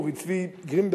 אורי צבי גרינברג,